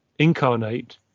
incarnate